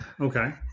Okay